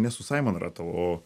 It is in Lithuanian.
ne su saimon ratl o